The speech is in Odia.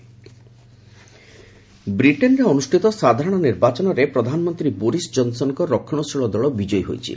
ୟୂକେ ଇଲେକସନ ରେଜଲ୍ଟ ବ୍ରିଟେନ୍ରେ ଅନୁଷ୍ଠିତ ସାଧାରଣ ନିର୍ବାଚନରେ ପ୍ରଧାନମନ୍ତ୍ରୀ ବୋରିଶ ଜନସନଙ୍କ ରକ୍ଷଣଶୀଳ ଦଳ ବିଜୟୀ ହୋଇଛି